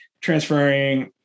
transferring